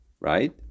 Right